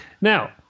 Now